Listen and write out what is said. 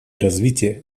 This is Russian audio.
развития